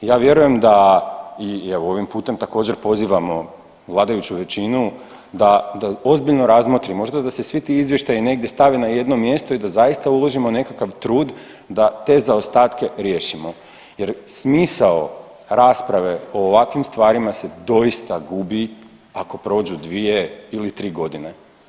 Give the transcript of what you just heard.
Ja vjerujem da i evo i ovim putem također pozivamo vladajuću većinu da ozbiljno razmotri možda da se svi ti izvještaji negdje stave na jedno mjesto i da zaista uložimo nekakav trud da te zaostatke riješimo jer smisao rasprave o ovakvim stvarima se doista gubi ako prođu 2 ili 3 godine.